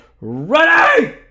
ready